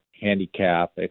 handicap